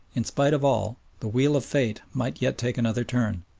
in spite of all, the wheel of fate might yet take another turn.